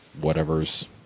whatever's